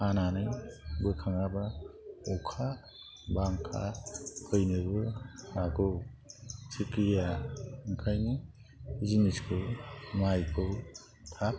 हानानै बोखाङाबा अखा बांखा फैनोबो हागौ थिग गैया ओंखायनो जिनिसखौ माइखौ थाब